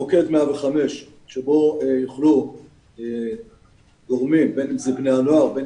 מוקד 105 שבו יוכלו גורמים בין אם אלה בני הנוער ובין